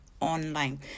online